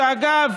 שאגב,